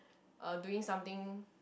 uh doing something